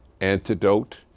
antidote